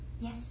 Yes